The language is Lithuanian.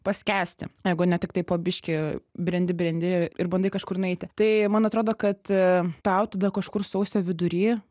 paskęsti jeigu ne tiktai po biškį brendi brendi ir bandai kažkur nueiti tai man atrodo kad tau tada kažkur sausio vidury